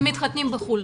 הם מתחתנים בחו"ל.